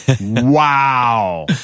Wow